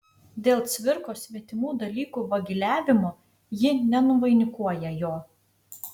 dėl cvirkos svetimų dalykų vagiliavimo ji nenuvainikuoja jo